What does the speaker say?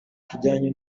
kijyanye